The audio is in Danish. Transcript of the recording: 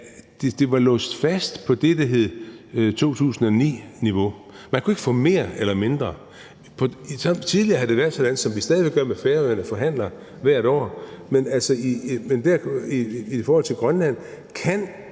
det var låst fast på det, der hed 2009-niveau. Man kunne ikke få mere eller mindre. Tidligere havde det været sådan, som det stadig med Færøerne, hvor vi forhandler hvert år, men i forhold til Grønland kan